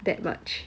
that much